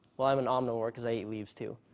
well, i am an omnivore, because i eat leaves too.